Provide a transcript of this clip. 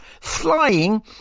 flying